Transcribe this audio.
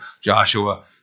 Joshua